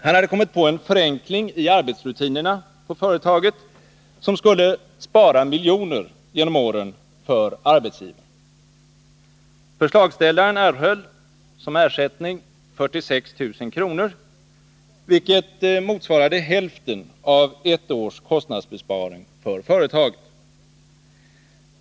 Han hade kommit på en förenkling i arbetsrutinerna på företaget, som skulle spara miljoner genom åren för arbetsgivaren. Förslagsställaren erhöll som ersättning 46 000 kr., vilket motsvarade hälften av ett års kostnadsbesparing för företaget.